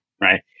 right